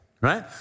right